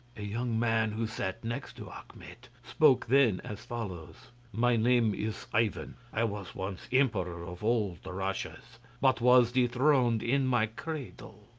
a young man who sat next to achmet, spoke then as follows my name is ivan. i was once emperor of all the russias, but was dethroned in my cradle.